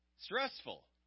stressful